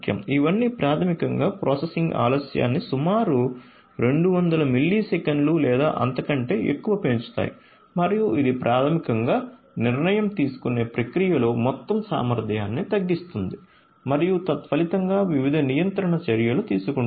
ఇవన్నీ ప్రాథమికంగా ప్రాసెసింగ్ ఆలస్యాన్ని సుమారు 200 మిల్లీసెకన్లు లేదా అంతకంటే ఎక్కువ పెంచుతాయి మరియు ఇది ప్రాథమికంగా నిర్ణయం తీసుకునే ప్రక్రియలో మొత్తం సామర్థ్యాన్ని తగ్గిస్తుంది మరియు తత్ఫలితంగా వివిధ నియంత్రణ చర్యలు తీసుకుంటుంది